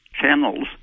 channels